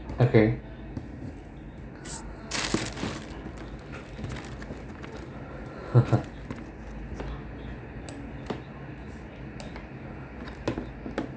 okay